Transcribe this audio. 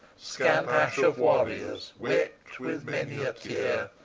scant ash of warriors, wept with many a tear,